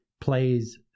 plays